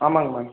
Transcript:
ஆமாம்ங்க மேம்